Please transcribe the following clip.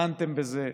דנתם בזה.